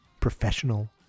professional